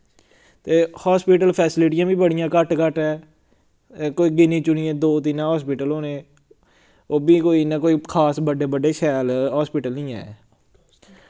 ते हास्पिटल फैसिलिटियां बी बड़ियां घट्ट घट्ट ऐ कोई गिनी चुनियां दो तिन्न हास्पिटल होने ओह् बी कोई इन्ने कोई खास बड्डे बड्डे शैल हास्पिटल निं ऐ